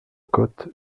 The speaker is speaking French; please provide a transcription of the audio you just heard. côte